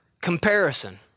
Comparison